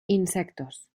insectos